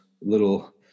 little